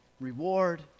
reward